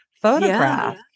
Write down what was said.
photograph